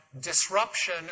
disruption